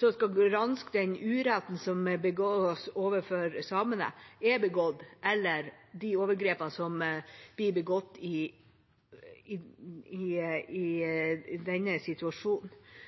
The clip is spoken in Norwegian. som skal granske den uretten som begås overfor samene, er begått, eller de overgrepene som blir begått i